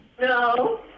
No